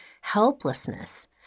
helplessness